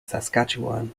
saskatchewan